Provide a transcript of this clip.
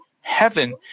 heaven